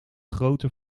grootte